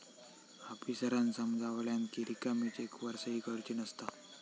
आफीसरांन समजावल्यानं कि रिकामी चेकवर सही करुची नसता